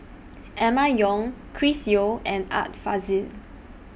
Emma Yong Chris Yeo and Art Fazil